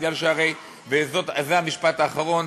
מפני שהרי, וזה המשפט האחרון,